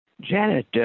Janet